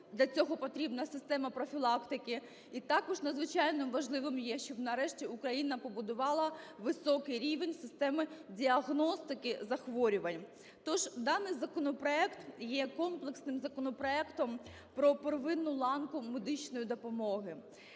для цього потрібна система профілактики. І також надзвичайно важливим є, щоб нарешті Україна побудувала високий рівень системи діагностики захворювань. Тож даний законопроект є комплексним законопроектом про первинну ланку медичної допомоги.